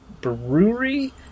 brewery